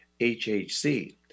HHC